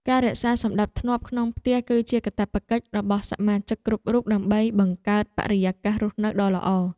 ការរក្សាសណ្តាប់ធ្នាប់ក្នុងផ្ទះគឺជាកាតព្វកិច្ចរបស់សមាជិកគ្រប់រូបដើម្បីបង្កើតបរិយាកាសរស់នៅដ៏ល្អ។